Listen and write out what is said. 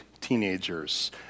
teenagers